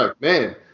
man